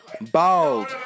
Bald